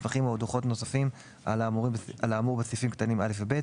מסמכים או דוחות נוספים על האמור בסעיפים קטנים (א) ו-(ב),